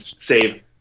save